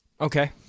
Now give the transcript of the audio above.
Okay